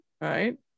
Right